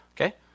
okay